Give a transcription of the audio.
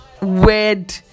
weird